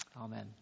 Amen